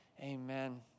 Amen